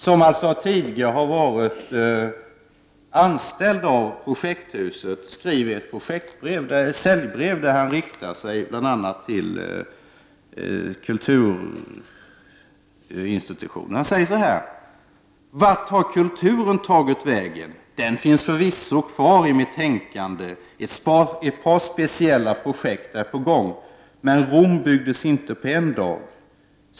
Han har tidigare varit anställd av Projekthuset och har nu skrivit ett säljbrev, där han riktar sig bl.a. till kulturuinstitutionerna: ”Vart har kulturen tagit vägen? Den finns förvisso kvar i mitt tänkande. Ett par speciella projekt är på gång, men Rom byggdes inte på en dag.